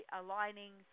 aligning